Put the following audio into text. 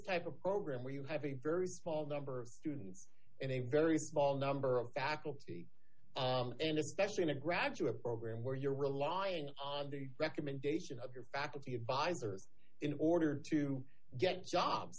type of program where you have a very small number of students in a very small number of faculty and especially in a graduate program where you're relying on the recommendation of your faculty advisors in order to get jobs